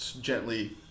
gently